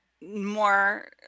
more